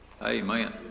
Amen